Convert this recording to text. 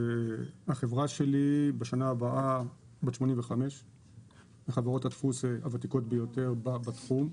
החברה שלי בשנה הבאה בת 85 והיא מחברות הדפוס הוותיקות ביותר בתחום.